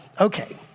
Okay